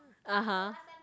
(uh huh)